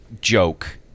joke